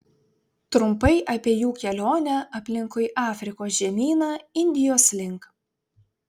trumpai apie jų kelionę aplinkui afrikos žemyną indijos link